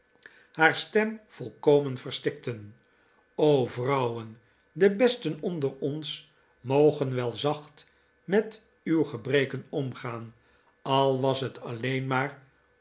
stem volkomen verstikten o vrouwen de besten onder ons mogen wel zacht met uw gebreken omgaan al was het alleen maar